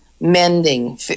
mending